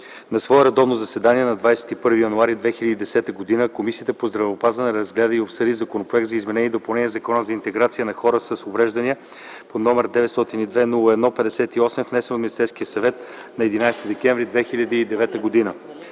На свое редовно заседание, проведено на 21 януари 2010 г., Комисията по здравеопазването разгледа и обсъди Законопроект за изменение и допълнение на Закона за интеграция на хората с увреждания, № 902-01-58, внесен от Министерския съвет на 11 декември 2009 г.